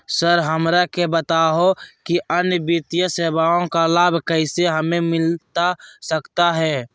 Sir हमरा के बताओ कि अन्य वित्तीय सेवाओं का लाभ कैसे हमें मिलता सकता है?